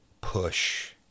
push